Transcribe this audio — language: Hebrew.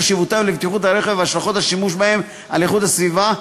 חשיבותם לבטיחות הרכב והשלכות השימוש בהם על איכות הסביבה,